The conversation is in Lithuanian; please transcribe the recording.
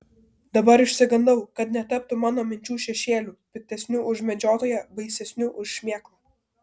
dabar išsigandau kad netaptų mano minčių šešėliu piktesniu už medžiotoją baisesniu už šmėklą